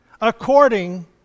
according